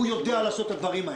הוא יודע לעשות את הדברים האלה.